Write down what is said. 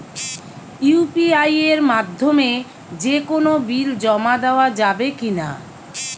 UPI এর মাধ্যমে যে কোনো বিল জমা দেওয়া যাবে কি না?